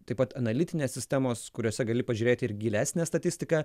taip pat analitinės sistemos kuriose gali pažiūrėti ir gilesnę statistiką